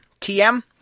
TM